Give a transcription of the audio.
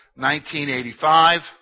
1985